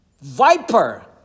viper